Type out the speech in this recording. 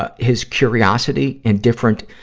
ah his curiosity in different,